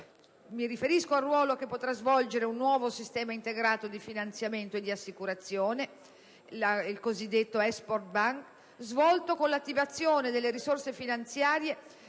Mi riferisco al ruolo che potrà svolgere un nuovo sistema integrato di finanziamento e di assicurazione - la cosiddetta Export Banca - svolto con l'attivazione delle risorse finanziarie